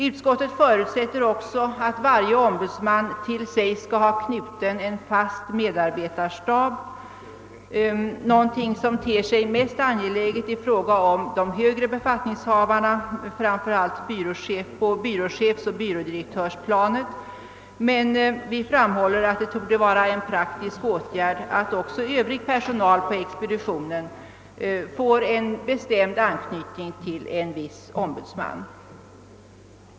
Utskottet förutsätter också att varje ombudsman skall ha till sig knuten en fast medarbetarstab, något som ter sig mest angeläget i fråga om de högre befattningshavarna, framför allt på byråchefsoch byrådirektörsplanet, men vi framhåller att det torde vara en praktisk åtgärd att ge även övrig personal på expeditionen bestämd anknytning till en viss ombudsman.